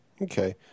Okay